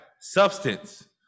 substance